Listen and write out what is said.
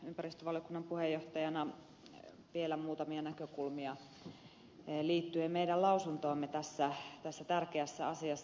ympäristövaliokunnan puheenjohtajana vielä muutamia näkökulmia liittyen meidän lausuntoomme tässä tärkeässä asiassa